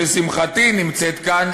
שלשמחתי נמצאת כאן,